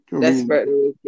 desperately